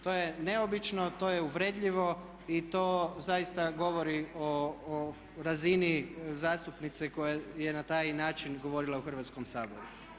To je neobično, to je uvredljivo i to zaista govori o razini zastupnice koja je na taj način govorila u Hrvatskom saboru.